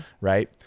Right